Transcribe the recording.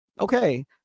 Okay